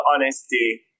honesty